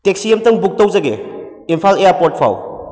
taxi ꯑꯃꯇꯪ book ꯇꯧꯖꯒꯦ Imphal airport ꯐꯥꯎ